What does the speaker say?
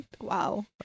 Wow